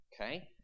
okay